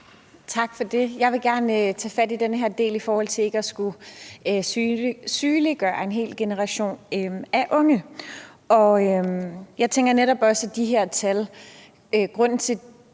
Tak for det. Jeg vil gerne tage fat i den her del om ikke at skulle sygeliggøre en hel generation af unge. Jeg tænker netop også om de her tal – man skal